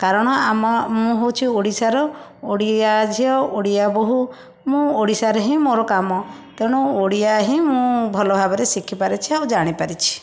କାରଣ ଆମ ମୁଁ ହଉଛି ଓଡ଼ିଶାର ଓଡ଼ିଆ ଝିଅ ଓଡ଼ିଆ ବୋହୁ ମୁଁ ଓଡ଼ିଶାରେ ହିଁ ମୋର କାମ ତେଣୁ ଓଡ଼ିଆ ହିଁ ମୁଁ ଭଲ ଭାବରେ ଶିଖିପାରିଛି ଆଉ ଜାଣିପାରିଛି